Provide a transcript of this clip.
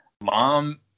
mom